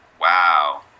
Wow